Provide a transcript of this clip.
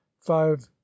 five